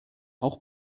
auch